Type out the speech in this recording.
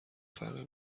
فرق